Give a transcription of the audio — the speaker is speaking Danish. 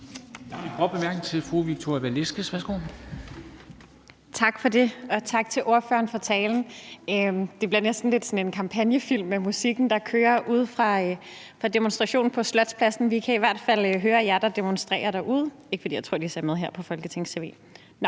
Tak for det, og tak til ordføreren for talen. Det bliver næsten lidt sådan en kampagnefilm med musikken, der kører ude fra demonstrationen på Slotspladsen. Vi kan i hvert fald høre jer, der demonstrerer derude – ikke fordi jeg tror, at de ser med her på Folketings-tv.